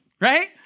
Right